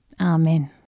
Amen